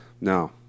No